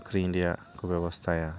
ᱟᱠᱷᱟᱨᱤᱧ ᱨᱮᱭᱟᱜ ᱠᱚ ᱵᱮᱵᱚᱥᱛᱷᱟᱭᱟ